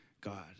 God